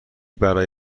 برای